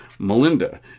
Melinda